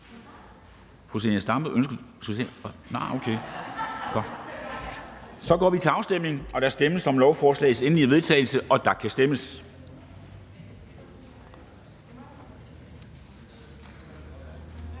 (Henrik Dam Kristensen): Der stemmes om lovforslagets endelige vedtagelse, og der kan stemmes.